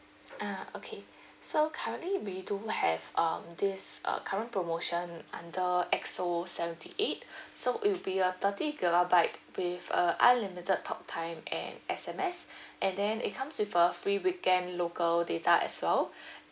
uh okay so currently we do have um this uh current promotion under X_O seventy eight so it will be a thirty gigabyte with uh unlimited talk time and S_M_S and then it comes with a free weekend local data as well and then uh for this uh initially the plan because